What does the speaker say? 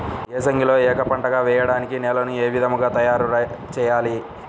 ఏసంగిలో ఏక పంటగ వెయడానికి నేలను ఏ విధముగా తయారుచేయాలి?